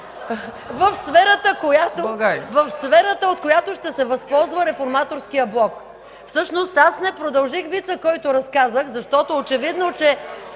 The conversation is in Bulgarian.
в сферата, от която ще се възползва Реформаторският блок. Всъщност аз не продължих вица, който разказах, защото очевидно, че